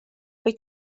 wyt